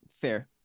Fair